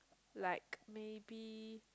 like maybe